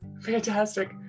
Fantastic